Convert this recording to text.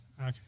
Okay